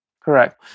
Correct